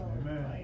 Amen